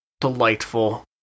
delightful